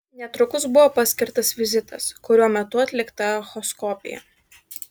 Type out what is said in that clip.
netrukus buvo paskirtas vizitas kurio metu atlikta echoskopija